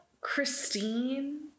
Christine